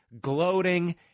gloating